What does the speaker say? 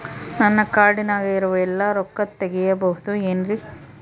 ನನ್ನ ಕಾರ್ಡಿನಾಗ ಇರುವ ಎಲ್ಲಾ ರೊಕ್ಕ ತೆಗೆಯಬಹುದು ಏನ್ರಿ?